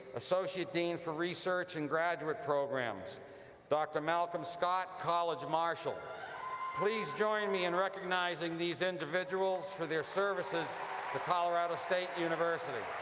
associate dean for research and graduate programs dr. malcolm scott, college marshal please join me in recognizing these individuals for their service to colorado state university!